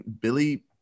Billy